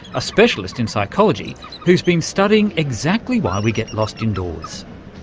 a specialist in psychology who's been studying exactly why we get lost indoors.